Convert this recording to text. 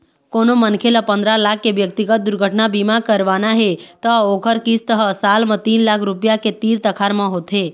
कोनो मनखे ल पंदरा लाख के ब्यक्तिगत दुरघटना बीमा करवाना हे त ओखर किस्त ह साल म तीन लाख रूपिया के तीर तखार म होथे